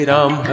Ram